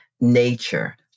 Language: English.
nature